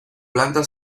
planta